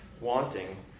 wanting